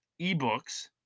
ebooks